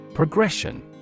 Progression